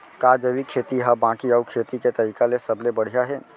का जैविक खेती हा बाकी अऊ खेती के तरीका ले सबले बढ़िया हे?